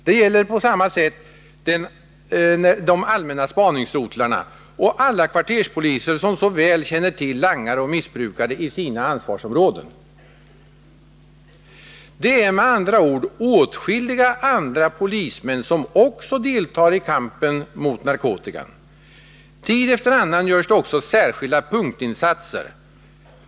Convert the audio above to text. Detsamma gäller de allmänna spaningsrotlarna och alla kvarterspoliser, som mycket väl känner till langare och missbrukare i sina ansvarsområden. Det är med andra ord åtskilliga andra polismän som också deltar i kampen mot narkotikan. Tid efter annan görs det också särskilda punktinsatser.